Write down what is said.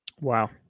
Wow